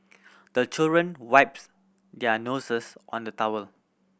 the children wipes their noses on the towel